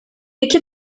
iki